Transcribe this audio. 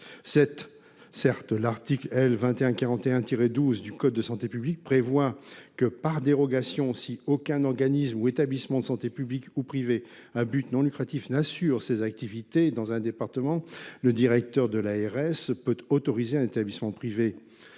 cette certes l'article L 21 41 tiré 12 du code de santé publique prévoit que par dérogation si aucun organisme ou établissements de santé publics ou privés à but non lucratif n'assure ses activités dans un département, le directeur de l'ARS peut autoriser un établissement privé.